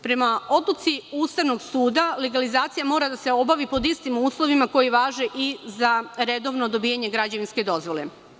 Prema odluci Ustavnom suda, legalizacija mora da se obavi pod istim uslovima koji važe i za redovno dobijanje građevinske dozvole.